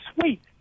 sweet